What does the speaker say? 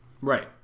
right